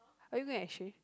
are you going exchange